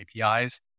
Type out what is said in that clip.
APIs